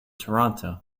toronto